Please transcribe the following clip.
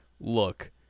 look